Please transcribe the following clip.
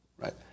right